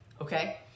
okay